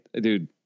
dude